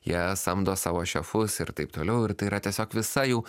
jie samdo savo šefus ir taip toliau ir tai yra tiesiog visa jau